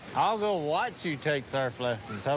i'll go watch you take surf lessons. how